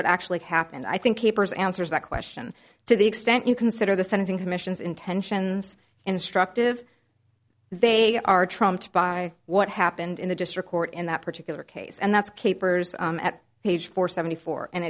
what actually happened i think capers answers that question to the extent you consider the sentencing commission's intentions instructive they are trumped by what happened in the district court in that particular case and that's capers at page four seventy four